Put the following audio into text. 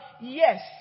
yes